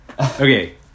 Okay